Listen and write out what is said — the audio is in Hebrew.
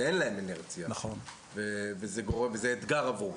שאין להם אינרציה, נכון, וזה אתגר עבורכם.